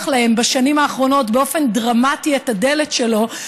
להן בשנים האחרונות באופן דרמטי את הדלת שלו,